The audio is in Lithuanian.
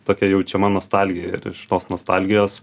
tokia jaučiama nostalgija ir iš tos nostalgijos